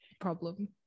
problem